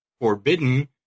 forbidden